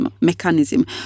mechanism